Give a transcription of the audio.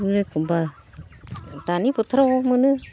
नो एखनबा दानि बोथोराव मोनो